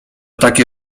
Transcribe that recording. takie